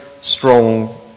strong